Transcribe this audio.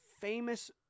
famous